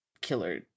killer